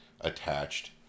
attached